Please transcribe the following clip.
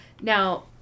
Now